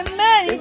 Amen